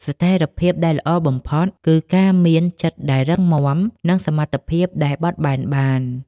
ស្ថិរភាពដែលល្អបំផុត គឺការមានចិត្តដែលរឹងមាំ និងសមត្ថភាពដែលបត់បែនបាន។